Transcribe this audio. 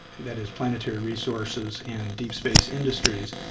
that is planetary resources and deep space industries,